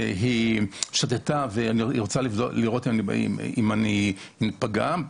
שהיא שתתה והיא רוצה לראות אם פגעה בעובר,